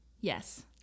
yes